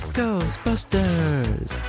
Ghostbusters